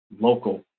local